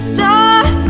Stars